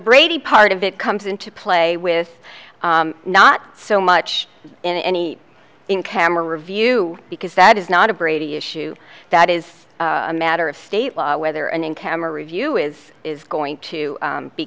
brady part of it comes into play with not so much in any in camera review because that is not a brady issue that is a matter of state law whether and in camera review is is going to